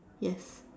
yes